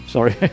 Sorry